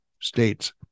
states